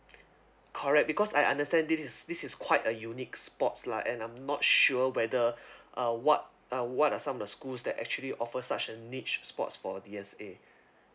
correct because I understand this is this is quite a unique sports lah and I'm not sure whether uh what uh what are some the schools that actually offer such a niche sports for D_S_A